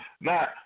Now